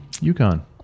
Yukon